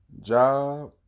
Job